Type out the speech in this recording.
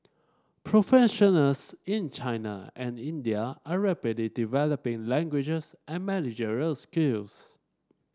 professionals in China and India are rapidly developing languages and managerial skills